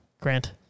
Grant